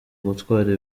gutwara